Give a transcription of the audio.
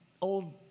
Old